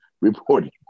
reporting